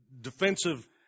defensive